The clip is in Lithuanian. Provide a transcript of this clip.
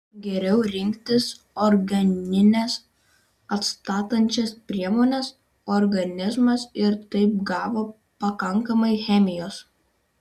geriau rinktis organines atstatančias priemones organizmas ir taip gavo pakankamai chemijos